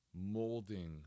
molding